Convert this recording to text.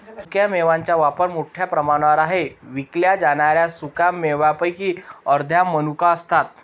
सुक्या मेव्यांचा वापर मोठ्या प्रमाणावर आहे विकल्या जाणाऱ्या सुका मेव्यांपैकी अर्ध्या मनुका असतात